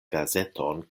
gazeton